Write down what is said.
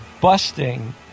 busting